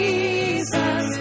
Jesus